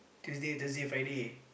Tuesday Thursday Friday